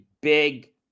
big